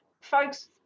Folks